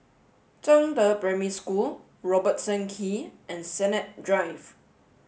Zhangde Primary School Robertson Quay and Sennett Drive